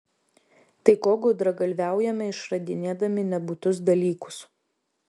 tai ko gudragalviaujame išradinėdami nebūtus dalykus